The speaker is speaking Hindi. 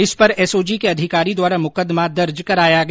इस पर एसओजी के अधिकारी द्वारा मुकदमा दर्ज कराया गया